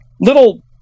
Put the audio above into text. little